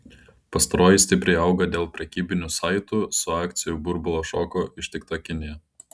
pastaroji stipriai auga dėl prekybinių saitų su akcijų burbulo šoko ištikta kinija